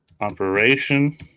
Operation